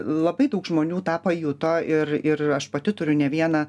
labai daug žmonių tą pajuto ir ir aš pati turiu ne vieną